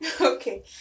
okay